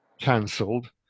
cancelled